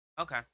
okay